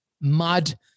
mud